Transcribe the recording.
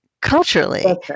culturally